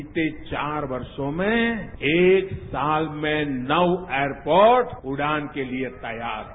बीते चार वर्षों में एक साल में नौ एयरपोर्ट उड़ान के लिए तैयार है